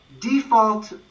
default